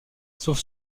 sauf